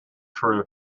true